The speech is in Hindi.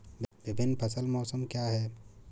विभिन्न फसल मौसम क्या हैं?